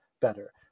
better